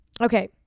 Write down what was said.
Okay